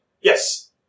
Yes